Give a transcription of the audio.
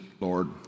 Lord